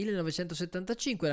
1975